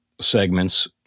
segments